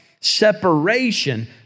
separation